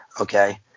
Okay